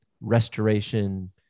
restoration